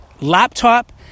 Laptop